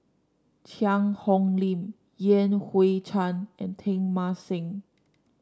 Cheang Hong Lim Yan Hui Chang and Teng Mah Seng